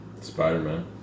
Spider-Man